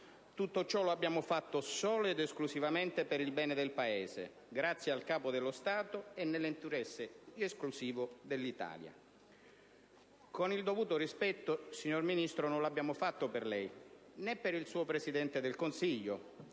Tutto ciò l'abbiamo fatto solo ed esclusivamente per il bene del Paese, grazie al Capo dello Stato. Con il dovuto rispetto, signor Ministro, non l'abbiamo fatto per lei, né per il suo Presidente del Consiglio,